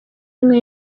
rimwe